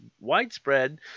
widespread